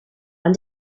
and